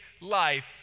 life